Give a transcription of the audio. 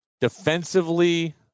defensively